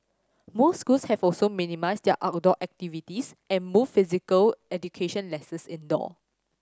most schools have also minimised their outdoor activities and moved physical education lessons indoor